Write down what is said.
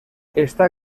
está